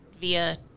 via